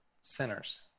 sinners